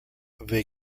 they